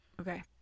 Okay